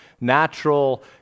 natural